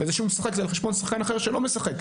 וזה שהוא משחק זה על חשבון שחקן אחר שלא משחק.